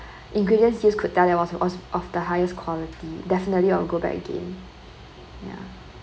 ingredients used could tell there was was of the highest quality definitely I'll go back again ya